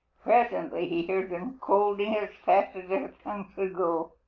presently he heard them scolding as fast as their tongues could go,